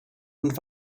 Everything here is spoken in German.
und